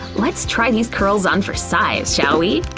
let's try these curlers on for size, shall we?